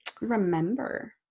remember